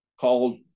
called